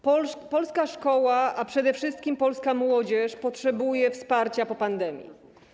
Polska szkoła, a przede wszystkim polska młodzież, potrzebuje wsparcia po pandemii.